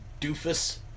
doofus